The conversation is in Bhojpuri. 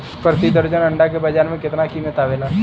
प्रति दर्जन अंडा के बाजार मे कितना कीमत आवेला?